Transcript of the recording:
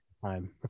time